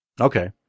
Okay